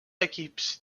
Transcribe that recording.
equips